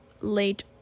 late